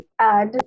add